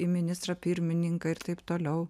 į ministrą pirmininką ir taip toliau